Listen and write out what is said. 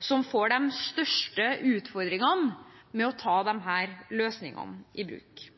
som får de største utfordringene med å ta disse løsningene i bruk.